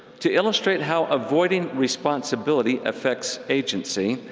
to illustrate how avoiding responsibility affects agency,